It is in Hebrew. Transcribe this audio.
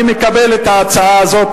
אני מקבל את ההצעה הזאת,